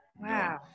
Wow